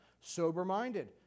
sober-minded